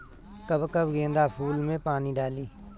कब कब गेंदा फुल में पानी डाली?